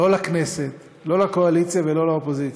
לא לכנסת, לא לקואליציה ולא לאופוזיציה.